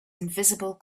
invisible